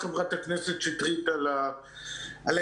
תודה, חברת הכנסת שטרית, על ההזדמנות.